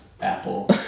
Apple